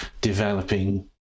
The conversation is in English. developing